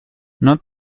not